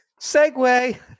Segway